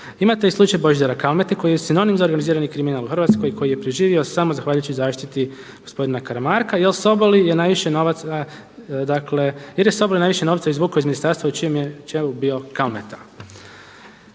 Imate i slučaj Božidara Kalmete koji je sinonim za organizirani kriminal u Hrvatskoj i koji je preživio samo zahvaljujući zaštiti gospodina Karamarka jer Sobol je najviše novca, dakle jer je Sobol